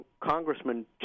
congressman